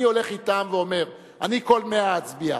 אני הולך אתם ואומר: אני כל 100 אצביע.